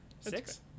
Six